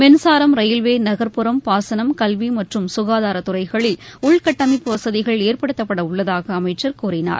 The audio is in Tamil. மின்சாரம் ரயில்வே நகர்ப்புறம் பாசனம் கல்வி மற்றும் சுகாதாரத்துறைகளில் உள்கட்டமைப்பு வசதிகள் ஏற்படுத்தப்பட உள்ளதாக அமைச்சர் கூறினார்